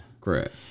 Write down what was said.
Correct